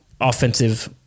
offensive